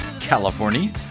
California